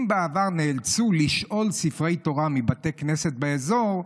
אם בעבר נאלצו לשאול ספרי תורה מבתי כנסת באזור,